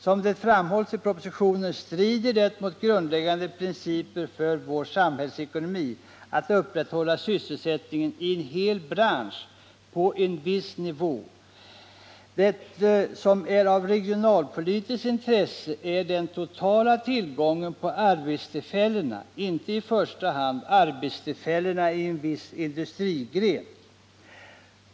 Såsom framhålls i propositionen strider det mot grundläggande principer för vår samhällsekonomi att upprätthålla sysselsättningen i en hel bransch på en viss nivå. Det som är av regionalpolitiskt intresse är den totala tillgången på arbetstillfällen, inte i första hand arbetstillfällena i en viss industrigren.